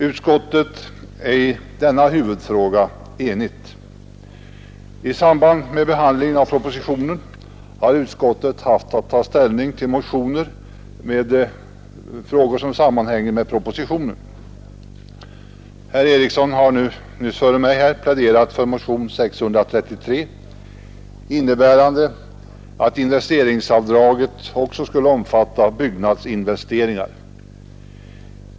Utskottet är i Nr 53 denna huvudfråga enigt. Torsdagen den I samband med behandlingen av propositionen har utskottet haft att 6 april 1972 ta ställning till motioner där det tas upp frågor som sammanhänger med propositionen. Herr Eriksson i Bäckmora har nyss pläderat för motion 633, innebärande att investeringsavdraget också skulle omfatta byggnadsinvesteringar.